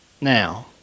Now